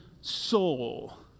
soul